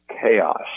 chaos